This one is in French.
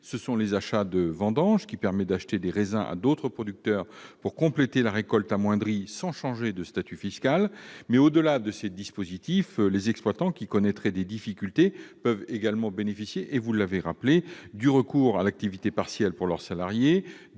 et aux achats de vendange, qui autorisent l'achat de raisins à d'autres producteurs pour compléter la récolte amoindrie sans changer de statut fiscal. Au-delà de ces dispositifs, les exploitants qui connaîtraient des difficultés peuvent également bénéficier du recours à l'activité partielle pour leurs salariés,